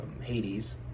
Hades